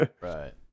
right